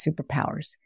superpowers